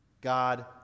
God